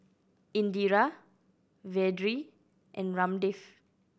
Indira Vedre and Ramdev